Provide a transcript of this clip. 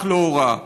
רק לא הוראה.